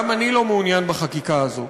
גם אני לא מעוניין בחקיקה הזאת.